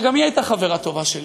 שגם היא הייתה חברה טובה שלי.